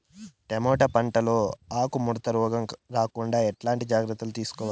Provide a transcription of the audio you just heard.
Tomato పంట లో ఆకు ముడత రోగం రాకుండా ఎట్లాంటి జాగ్రత్తలు తీసుకోవాలి?